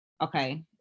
okay